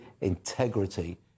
integrity